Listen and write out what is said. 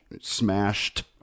Smashed